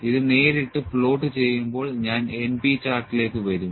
ഇത് നേരിട്ട് പ്ലോട്ട് ചെയ്യുമ്പോൾ ഞാൻ np ചാർട്ടിലേക്ക് വരും